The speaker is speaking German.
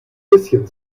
bisschen